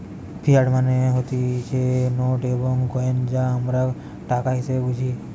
fiat money মানে হতিছে note এবং কইন যা আমরা টাকা হিসেবে বুঝি